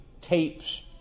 tapes